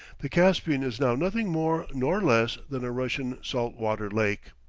the caspian is now nothing more nor less than a russian salt-water lake.